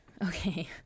okay